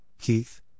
Keith